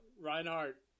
Reinhardt